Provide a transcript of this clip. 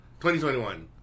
2021